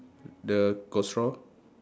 the got straw